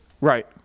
Right